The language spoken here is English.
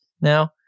now